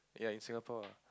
ya in Singapore ah